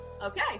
Okay